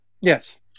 Yes